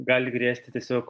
gali grėsti tiesiog